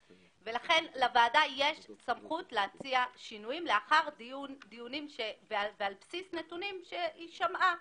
לוועדה יש סמכות להציע שינויים לאחר דיונים ועל בסיס נתונים שהיא שמעה,